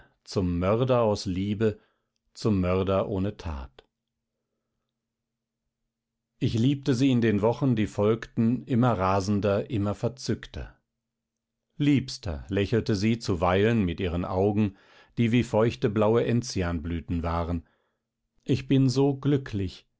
zum mörder aus liebe zum mörder ohne tat ich liebte sie in den wochen die folgten immer rasender immer verzückter liebster lächelte sie zuweilen mit ihren augen die wie feuchte blaue enzianblüten waren ich bin so glücklich